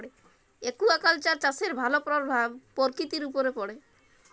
aquaculture চাষের ভালো পরভাব পরকিতির উপরে পড়ে